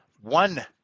one